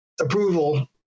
approval